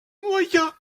moyen